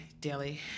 daily